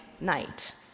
night